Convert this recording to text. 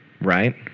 Right